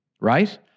right